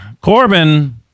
Corbin